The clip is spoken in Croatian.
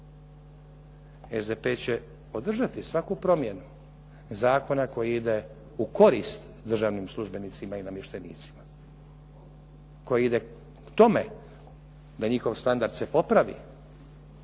SDP će podržati svaku promjenu zakona koji ide u korist državnim službenicima i namještenicima koji ide k tome da njihov standard ponovi,